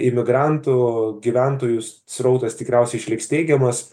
imigrantų gyventojų srautas tikriausiai išliks teigiamos